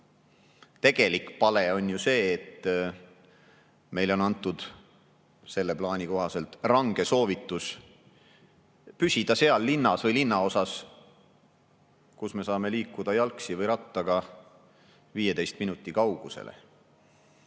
tegelik pale on ju see, et meile on antud selle plaani kohaselt range soovitus püsida linnas või linnaosas, kus me saame liikuda jalgsi või rattaga 15 minuti kaugusele.